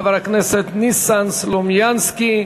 חבר הכנסת ניסן סלומינסקי.